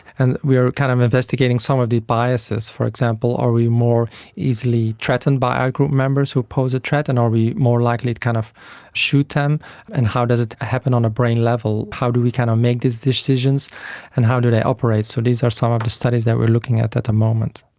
and we are kind of investigating some of the biases, for example, are we more easily threatened by out-group members who pose a threat and are we more likely to kind of shoot them and how does it happen on a brain level, how do we kind of make these decisions and how do they operate? so these are some of the studies that we are looking at at the moment.